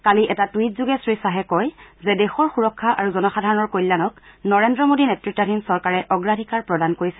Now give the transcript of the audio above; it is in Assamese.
কালি এটা টুইটযোগে শ্ৰীখাহে কয় যে দেশৰ সুৰক্ষা আৰু জনসাধাৰণৰ কল্যাণক নৰেন্দ্ৰ মোদী নেত়তাধীন চৰকাৰে অগ্ৰাধিকাৰ প্ৰদান কৰিছে